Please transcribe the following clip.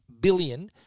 billion